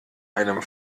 einem